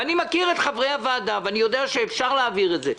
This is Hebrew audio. ואני מכיר את חברי הוועדה ויודע שאפשר להעביר את זה.